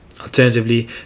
Alternatively